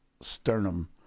sternum